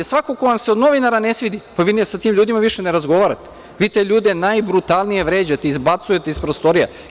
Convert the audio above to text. Svako ko vam se od novinara ne svidi, pa vi sa tim ljudima više ne razgovarate, vi te ljude najbrutalnije vređate, izbacujete iz prostorija.